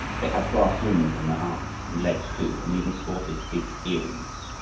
they had brass rings on their arms and legs too, and even sported big earrings.